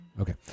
Okay